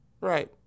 Right